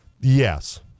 Yes